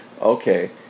okay